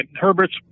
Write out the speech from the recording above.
Herbert's